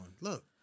Look